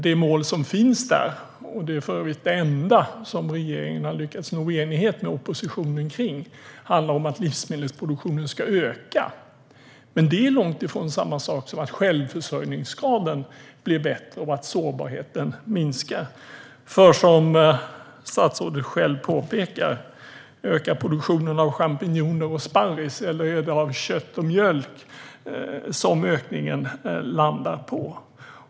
Det mål som finns där, som för övrigt är det enda som regeringen har lyckats nå enighet med oppositionen kring, handlar om att livsmedelsproduktionen ska öka. Men det är långt ifrån samma sak som att självförsörjningsgraden blir bättre eller att sårbarheten minskar. Som statsrådet själv påpekar: Är det produktionen av champinjoner och sparris som ökar, eller är det kött och mjölk som ökningen gäller?